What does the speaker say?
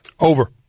Over